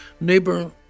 neighbor